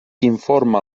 informa